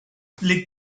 les